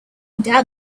doubt